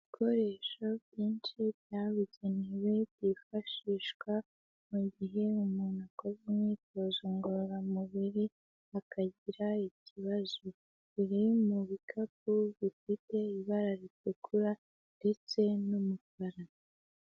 Ibikoresho byinshi byabugenewe byifashishwa mu gihe umuntu akoze imyitozo ngororamubiri akagira ikibazo, biri mu bikapu bifite ibara ritukura ndetse n'umukara.